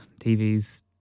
TVs